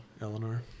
Eleanor